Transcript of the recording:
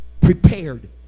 Prepared